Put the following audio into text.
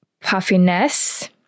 puffiness